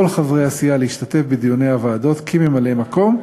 חברי הסיעה להשתתף בדיוני הוועדות כממלאי-מקום,